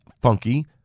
Funky